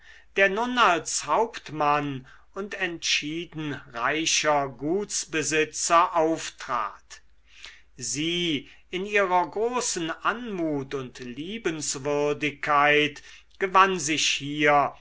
der nun als hauptmann und entschieden reicher gutsbesitzer auftrat sie in ihrer großen anmut und liebenswürdigkeit gewann sich hier